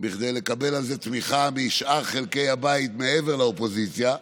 כדי לקבל על זה תמיכה משאר חלקי הבית מעבר לאופוזיציה,